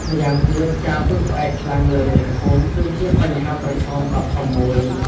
ម៉្យាងទៀតការពឹងផ្អែកខ្លាំងលើមេភូមិ គឺជាបញ្ហាប្រឈមដ៏ធំមួយ។